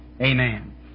amen